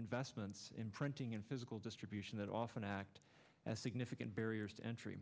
investments in printing and physical distribution that often act as significant barriers to entry